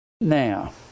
Now